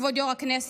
כבוד יו"ר הכנסת.